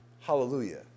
Hallelujah